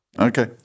Okay